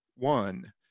One